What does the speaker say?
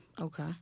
okay